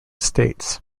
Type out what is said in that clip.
states